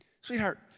sweetheart